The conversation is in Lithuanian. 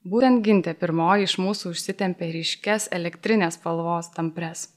būtent gintė pirmoji iš mūsų užsitempė ryškias elektrinės spalvos tampres